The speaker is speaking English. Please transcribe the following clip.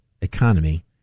economy